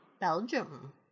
belgium